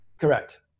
Correct